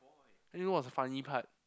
and you know what's the funny part